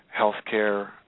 healthcare